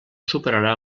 superarà